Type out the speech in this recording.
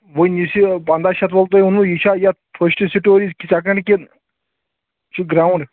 وۅنۍ یُس یہِ پنٛداہ شَتھ وول تۄہہِ ووٚنوٕ یہِ چھا یتھ فٔسٹہٕ سٹوریج سیکَنٛڈ کِنہٕ یہِ چھُ گرٛاوُنٛڈ